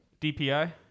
DPI